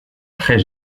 très